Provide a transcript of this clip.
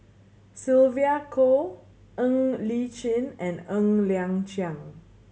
Sylvia Kho Ng Li Chin and Ng Liang Chiang